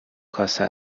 کاسه